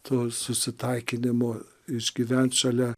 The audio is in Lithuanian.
to susitaikinimo išgyvent šalia